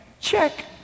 check